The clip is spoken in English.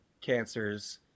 cancers